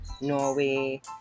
Norway